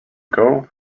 girl